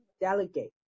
delegate